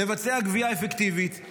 לבצע גבייה אפקטיבית.